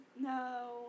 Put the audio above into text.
No